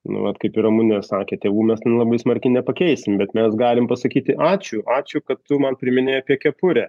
nu vat kaip ir ramunė ir sakė tėvų mes nu labai smarkiai nepakeisim bet mes galim pasakyti ačiū ačiū kad tu man priminei apie kepurę